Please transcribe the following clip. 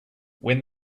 when